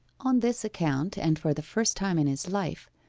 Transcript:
on this account, and for the first time in his life,